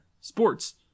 Sports